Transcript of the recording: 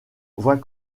voit